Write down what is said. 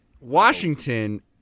Washington